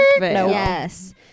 Yes